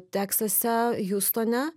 teksase hiustone